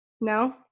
no